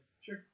Sure